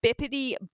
bippity